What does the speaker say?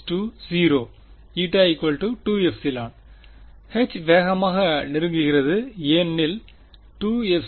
η 2ε மாணவர் Η வேகமாக நெருங்குகிறது ஏனெனில் 2ε